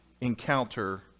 encounter